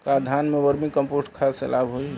का धान में वर्मी कंपोस्ट खाद से लाभ होई?